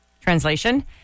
translation